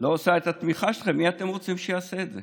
לא עושה את התמיכה בכם, מי אתם רוצים שיעשה את זה?